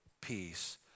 peace